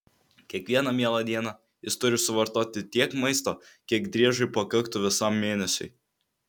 kiekvieną mielą dieną jis turi suvartoti tiek maisto kiek driežui pakaktų visam mėnesiui